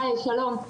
הי שלום,